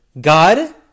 God